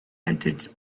methods